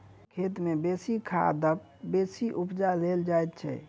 कम खेत मे बेसी खाद द क बेसी उपजा लेल जाइत छै